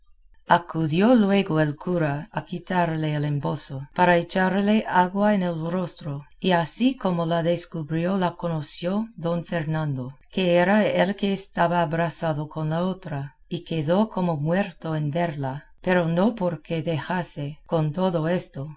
acudió luego el cura a quitarle el embozo para echarle agua en el rostro y así como la descubrió la conoció don fernando que era el que estaba abrazado con la otra y quedó como muerto en verla pero no porque dejase con todo esto